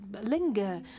linger